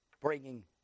Bringing